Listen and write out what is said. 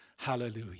Hallelujah